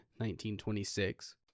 1926